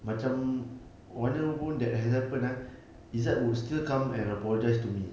macam mana pun that has happen ah izat would still come and apologize to me